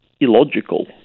illogical